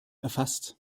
erfasst